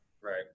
Right